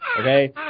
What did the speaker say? Okay